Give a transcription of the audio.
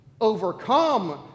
overcome